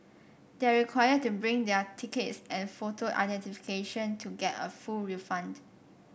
they are required to bring their tickets and photo identification to get a full refund